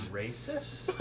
racist